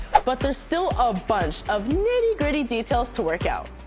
but there's still a bunch of nitty gritty details to work out.